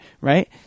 right